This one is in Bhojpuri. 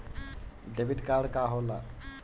डेबिट कार्ड का होला?